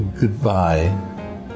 goodbye